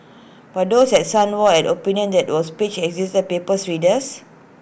but those at The Sun were opinion that was page existed paper's readers